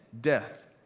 death